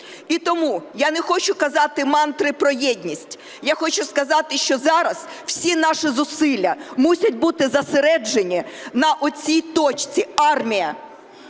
І тому я не хочу казати мантри про єдність, я хочу сказати, що зараз всі наші зусилля мусять бути зосереджені на оцій точці – армія.